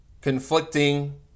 conflicting